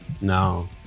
No